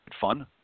fun